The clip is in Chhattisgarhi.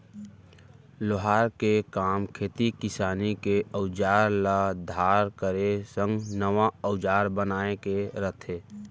लोहार के काम खेती किसानी के अउजार ल धार करे संग नवा अउजार बनाए के रथे